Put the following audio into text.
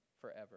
forever